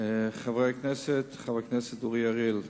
חברי הכנסת, חבר הכנסת אורי אריאל,